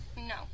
No